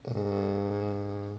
mm